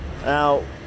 Now